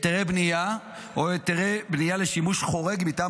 היתרי בנייה או היתרי בנייה לשימוש חורג מטעם